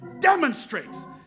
demonstrates